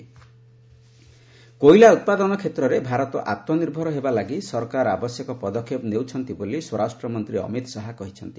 Amit Shah coal sector କୋଇଲା ଉତ୍ପାଦନ କ୍ଷେତ୍ରରେ ଭାରତ ଆତ୍କନିର୍ଭର ହେବା ଲାଗି ସରକାର ଆବଶ୍ୟକ ପଦକ୍ଷେପ ନେଉଛନ୍ତି ବୋଲି ସ୍ୱରାଷ୍ଟ୍ର ମନ୍ତ୍ରୀ ଅମିତ୍ ଶାହା କହିଛନ୍ତି